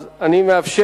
אז אני מאפשר,